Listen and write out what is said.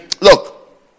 Look